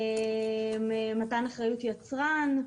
מתן אחריות יצרן,